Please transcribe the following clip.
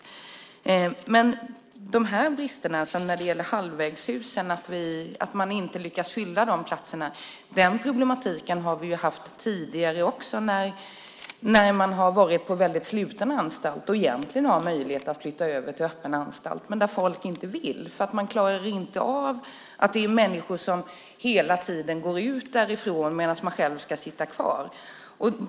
Bristerna och problematiken när det gäller halvvägshusen, att man inte lyckas fylla de platserna, har vi ju haft tidigare också när man har varit på väldigt sluten anstalt och egentligen har möjlighet att flytta över till öppen anstalt, men folk vill inte göra det eftersom de inte klarar av att det är människor som hela tiden går ut därifrån medan de själva ska sitta kvar.